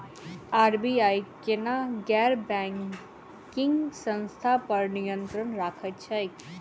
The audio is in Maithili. आर.बी.आई केना गैर बैंकिंग संस्था पर नियत्रंण राखैत छैक?